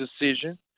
decision